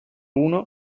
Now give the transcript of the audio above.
uno